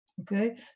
Okay